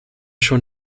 schon